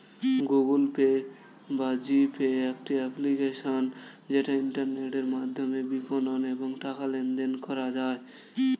Google Pay বা G Pay একটি application যেটা ইন্টারনেটের মাধ্যমে বিপণন এবং টাকা লেনদেন করা যায়